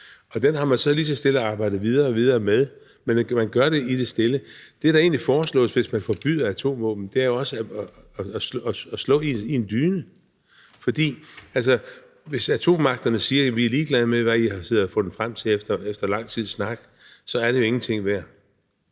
Og det har man så lige så stille arbejdet videre og videre med, men man gør det i det stille. Det, der egentlig foreslås, hvis man forbyder atomvåben, er jo også som at slå i en dyne. For hvis atommagterne siger, at de er ligeglade med, hvad man har siddet og fundet frem til efter lang tids snak, så er det jo ingenting værd.